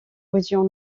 région